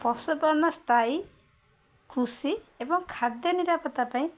ପଶୁପାଳନ ସ୍ଥାୟୀ ଖୁସିି ଏବଂ ଖାଦ୍ୟ ନିରାପତ୍ତା ପାଇଁ